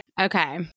okay